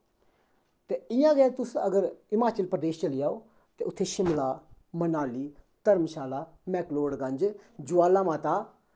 ते इ'यां गै तुस अगर हिमचल प्रदेश चली जाओ ते उत्थें शिमला मनाली धर्मशाला मैकलोडगंज ज्वाला माता